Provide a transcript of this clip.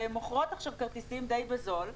שמוכרות עכשיו כרטיסים די בזול.